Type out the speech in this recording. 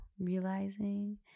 realizing